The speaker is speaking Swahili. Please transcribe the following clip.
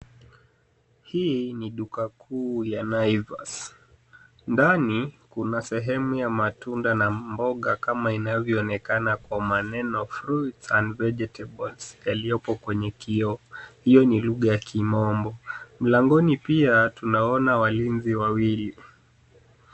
Hii ni duka kuu ya Naivas. Ndani kuna sehemu ya matunda na mboga kama inavyoonekana kwa maneno fruits and vegetables yaliyopo kwenye kioo, hiyo ni lugha ya Kimombo. Mlangoni pia tunaona walinzi wawili.